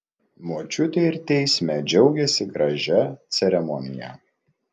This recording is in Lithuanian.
močiutė ir teisme džiaugėsi gražia ceremonija